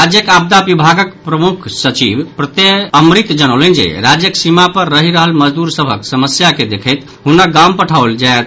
राज्यक आपदा विभागक प्रमुख सचिव प्रत्यय अमृत जनौलनि जे राज्यक सीमा पर रहि रहल मजदूर सभक समस्या के देखैत हुनक गाम पठाओल जायत